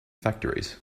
factories